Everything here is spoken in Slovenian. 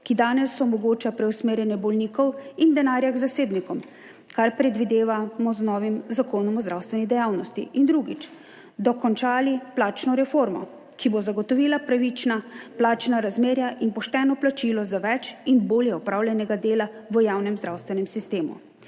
ki danes omogoča preusmerjanje bolnikov in denarja k zasebnikom, kar predvidevamo z novim Zakonom o zdravstveni dejavnosti, in drugič, dokončali plačno reformo, ki bo zagotovila pravična plačna razmerja in pošteno plačilo za več in bolje opravljenega dela v javnem zdravstvenem sistemu.